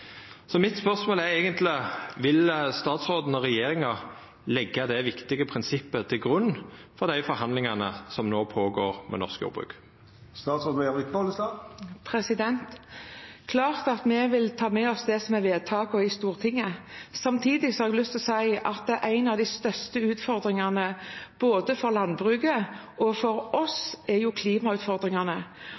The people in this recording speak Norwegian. Så spørsmålet mitt er eigentleg: Vil statsråden og regjeringa leggja det viktige prinsippet til grunn for dei forhandlingane som no er i gang med norsk jordbruk? Det er klart at vi vil ta med oss det som er vedtatt i Stortinget. Samtidig har jeg lyst til å si at en av de største utfordringene både for landbruket og for oss er